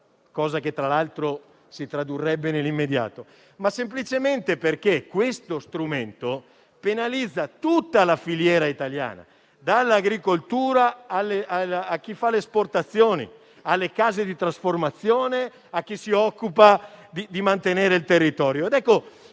cosa che tra l'altro si tradurrebbe nell'immediato, ma semplicemente perché questo strumento penalizza tutta la filiera italiana, dall'agricoltura a chi fa le esportazioni, dalle case di trasformazione a chi si occupa di mantenere il territorio.